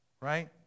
Right